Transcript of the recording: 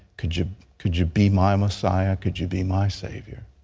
could you could you be my messiah? could you be my savior?